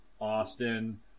Austin